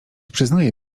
przyznaje